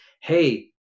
Hey